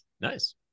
Nice